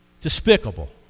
Despicable